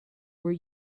were